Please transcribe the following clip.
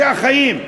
זה החיים,